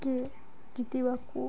କିଏ ଜିତିବାକୁ